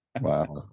Wow